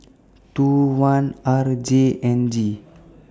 two one R J N G